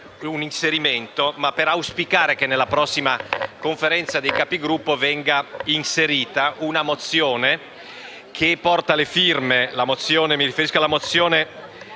Grazie.